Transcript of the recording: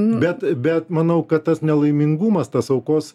bet bet manau kad tas nelaimingumas tas aukos